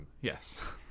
Yes